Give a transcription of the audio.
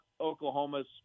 Oklahoma's